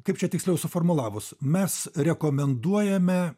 kaip čia tiksliau suformulavus mes rekomenduojame